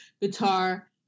guitar